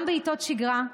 גם בעיתות שגרה,